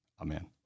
Amen